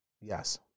yes